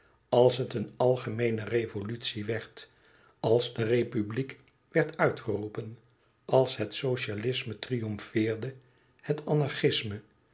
als het een algemeene revolutie werd als de republiek werd uitgeroepen als het socialisme triomfeerde het anarchisme